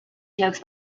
jokes